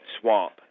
Swamp